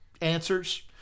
answers